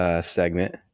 segment